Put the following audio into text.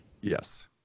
Yes